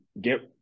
get